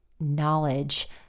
knowledge